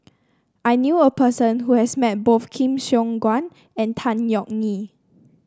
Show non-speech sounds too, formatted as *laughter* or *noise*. I knew a person who has met both *unintelligible* Siong Guan and Tan Yeok Nee